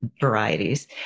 varieties